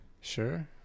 Sure